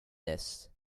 this